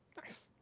nice.